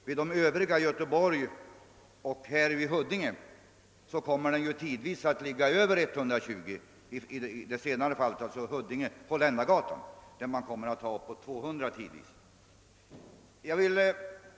Vid tandläkarhögskolan i Göteborg och den odontologiska utbildningsanstalten i Huddinge kommer intagningarna tidvis att ligga över 120 — vid Huddinge/Holländargatan kommer man tidvis att ha upp emot 200 per år.